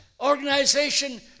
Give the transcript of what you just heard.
organization